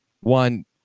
one